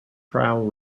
trial